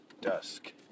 dusk